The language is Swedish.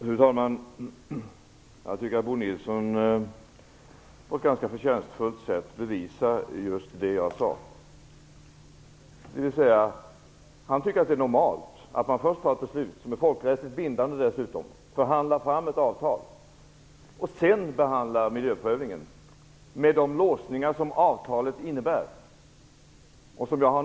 Fru talman! Jag tycker att Bo Nilsson på ett ganska förtjänstfullt sätt bevisar just det som jag sade. Han tycker att det är normalt att först fatta ett folkrättsligt bindande beslut och förhandla fram ett avtal och sedan behandla miljöprövningen med de låsningar som avtalet innebär.